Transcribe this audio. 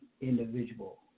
individual